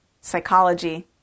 psychology